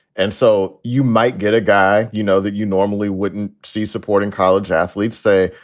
and so you might get a guy, you know, that you normally wouldn't see supporting college athletes say,